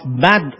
bad